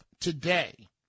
today